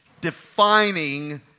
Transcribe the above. defining